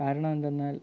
കാരണം എന്തെന്നാൽ